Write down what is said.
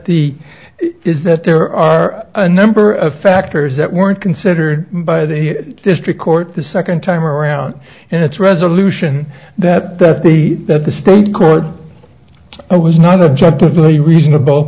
the is that there are a number of factors that weren't considered by the district court the second time around in its resolution that the that the state court i was not objectively reasonable